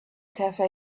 cafe